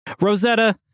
Rosetta